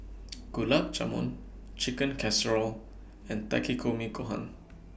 Gulab Jamun Chicken Casserole and Takikomi Gohan